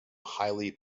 highly